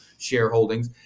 shareholdings